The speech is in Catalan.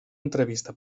entrevista